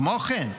כמו כן,